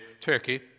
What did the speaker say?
Turkey